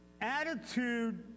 attitude